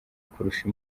kurusha